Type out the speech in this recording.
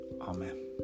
Amen